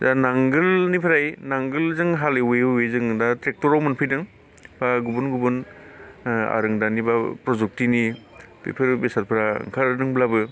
दा नांगोलनिफ्राय नांगोलजों हालेवो एवो जोङो दा ट्रेक्ट'राव मोनफैदों बा गुबुन गुबुन आरोंदानिबाबो प्रजुगथिनि बेफोरो बेसादफ्रा ओंखारदोंब्लाबो